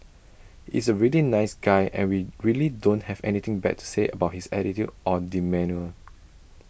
is A really nice guy and we really don't have anything bad to say about his attitude or demeanour